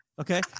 Okay